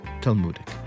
Talmudic